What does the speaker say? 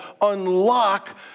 unlock